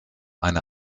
eine